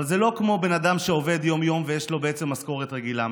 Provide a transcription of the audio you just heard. אבל זה לא כמו בן אדם שעובד יום-יום ויש לו בעצם משכורת רגילה,